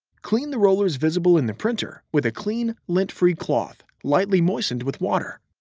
clean the rollers visible in the printer with a clean, lint-free cloth lightly moistened with water.